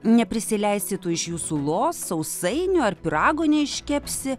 neprisileisi tų iš jų sulos sausainių ar pyrago neiškepsi